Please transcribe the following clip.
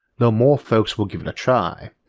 the more folks will give it a try.